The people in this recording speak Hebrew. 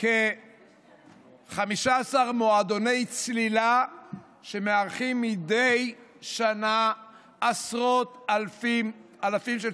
כ-15 מועדוני צלילה שמארחים מדי שנה עשרות אלפים של צוללים,